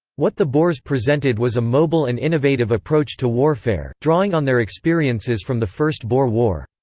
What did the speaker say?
what the boers presented was a mobile and innovative approach to warfare, drawing on their experiences from the first boer war.